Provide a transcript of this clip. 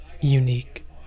unique